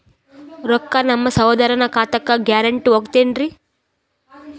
ರೊಕ್ಕ ನಮ್ಮಸಹೋದರನ ಖಾತಕ್ಕ ಗ್ಯಾರಂಟಿ ಹೊಗುತೇನ್ರಿ?